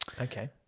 Okay